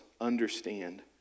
understand